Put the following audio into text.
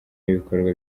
y’ibikorwa